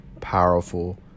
powerful